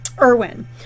Irwin